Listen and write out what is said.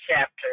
chapter